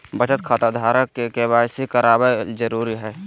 बचत खता धारक के के.वाई.सी कराबल जरुरी हइ